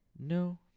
No